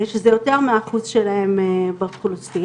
שזה יותר מהאחוז שלהם באוכלוסיה.